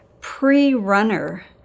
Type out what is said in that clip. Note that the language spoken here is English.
pre-runner